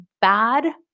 bad